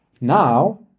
now